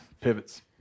pivots